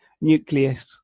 Nucleus